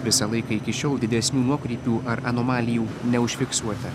visą laiką iki šiol didesnių nuokrypių ar anomalijų neužfiksuota